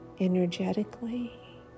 energetically